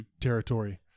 territory